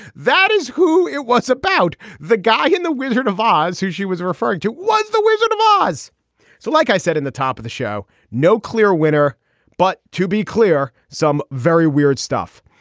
that is who it was about the guy in the wizard of oz who she was referring to was the wizard of oz so like i said in the top of the show no clear winner but to be clear some very weird stuff.